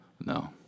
No